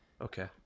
Okay